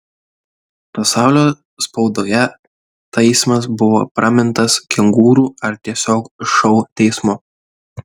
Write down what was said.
pasaulio spaudoje teismas buvo pramintas kengūrų ar tiesiog šou teismu